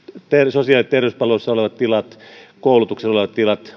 sosiaali ja terveyspalveluilla olevat tilat koulutuksella olevat tilat